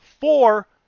four